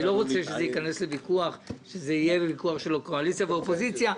אני לא רוצה שזה יכנס לוויכוח ושזה יהיה ויכוח של קואליציה ואופוזיציה,